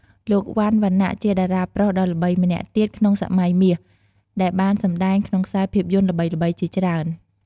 លោក វ៉ាន់ វណ្ណៈជាតារាប្រុសដ៏ល្បីម្នាក់ទៀតក្នុងសម័យមាស ដែលបានសម្ដែងក្នុងខ្សែភាពយន្តល្បីៗជាច្រើន។